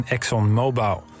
ExxonMobil